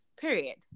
period